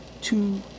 two